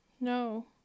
no